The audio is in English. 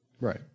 right